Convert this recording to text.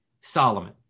Solomon